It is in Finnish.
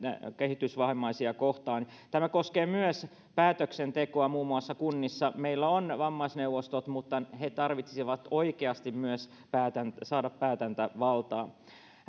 kehitysvammaisia kohtaan tämä koskee myös päätöksentekoa muun muassa kunnissa meillä on vammaisneuvostot mutta ne tarvitsisivat oikeasti myös päätäntävaltaa näen todella